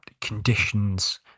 conditions